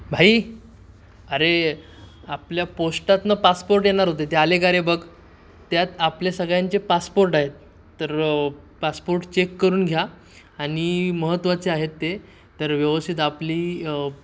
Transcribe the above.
भाई अरे आपल्या पोस्टातनं पासपोर्ट येणार होते ते आले का रे बघ त्यात आपले सगळ्यांचे पासपोर्ट आहेत तर पासपोर्ट चेक करून घ्या आणि महत्त्वाचे आहेत ते तर व्यवस्थित आपली